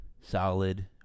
solid